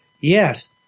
Yes